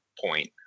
point